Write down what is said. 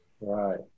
right